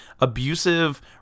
abusive